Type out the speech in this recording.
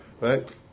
right